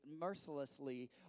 mercilessly